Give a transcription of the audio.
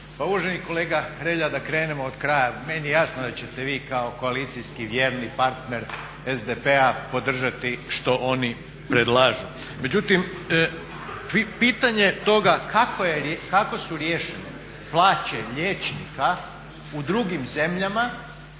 Pa uvaženi kolega Hrelja da krenemo od kraja, meni je jasno da ćete vi kao koalicijski vjerni partner SDP-a podržati što oni predlažu. Međutim, pitanje toga kako su riješene plaće liječnika u drugim zemljama